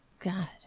God